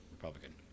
Republican